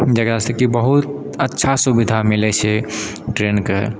जकरासँ कि बहुत अच्छा सुविधा मिलै छै ट्रेनके